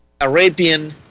Arabian